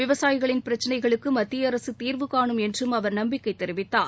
விவசாயிகளின் பிரச்னைகளுக்கு மத்திய அரசு தீர்வு கானும் என்றும் அவர் நம்பிக்கை தெரிவித்தார்